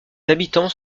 habitants